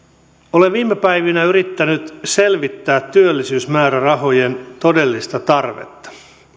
olen viime päivinä yrittänyt selvittää työllisyysmäärärahojen todellista tarvetta